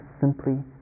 simply